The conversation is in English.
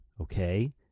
okay